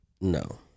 No